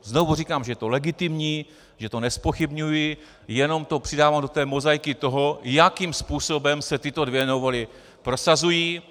Znovu říkám, že je to legitimní, že to nezpochybňuji, jenom to přidávám do té mozaiky toho, jakým způsobem se tyto dvě novely prosazují.